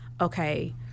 Okay